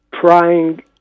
trying